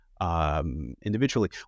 Individually